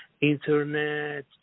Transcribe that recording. internet